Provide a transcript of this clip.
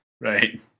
Right